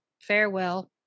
Farewell